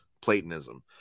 Platonism